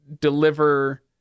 deliver